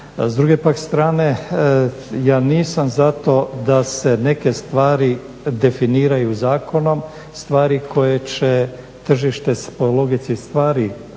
s druge pak strane ja nisam zato da se neke stvari definiraju zakonom, stvari koje će tržište po logici stvari uređivati.